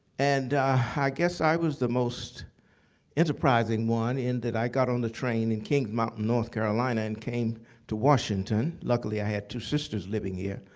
and i guess i was the most enterprising one in that i got on the train in king mountain, north carolina and came to washington. luckily, i had two sisters living here.